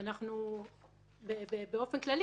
באופן כללי,